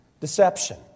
Deception